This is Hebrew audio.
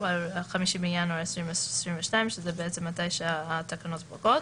(5 בינואר 2022)" שזה מתי שהתקנות פוקעות